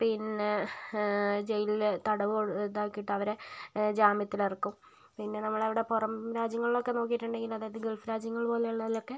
പിന്നെ ജയിലിൽ തടവ് ഇതാക്കിയിട്ട് അവരെ ജാമ്യത്തിൽ ഇറക്കും പിന്നെ നമ്മളെ അവിടെ പുറം രാജ്യങ്ങളിലൊക്കെ നോക്കിയിട്ടുണ്ടെങ്കിൽ അതായത് ഗൾഫ് രാജ്യങ്ങളിലെ പോലെ ഉള്ളതിലൊക്കെ